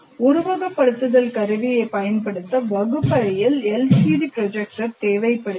உருவகப்படுத்துதல் கருவியைப் பயன்படுத்த வகுப்பறையில் எல்சிடி ப்ரொஜெக்டர் தேவைப்படுகிறது